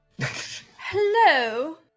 Hello